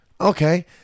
Okay